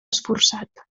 esforçat